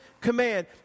command